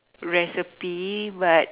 recipe but